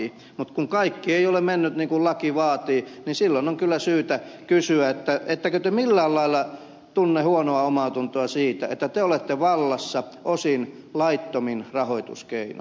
mutta kun kaikki ei ole mennyt niin kuin laki vaatii niin silloin on kyllä syytä kysyä ettekö te millään lailla tunne huonoa omaatuntoa siitä että te olette vallassa osin laittomin rahoituskeinoin